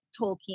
Tolkien